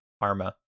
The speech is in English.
Arma